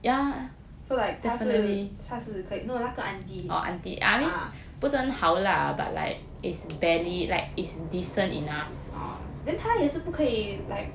so like 她是她是可以 no 那个 aunty ah oh then 她也是不可以 like